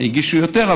הגישו יותר,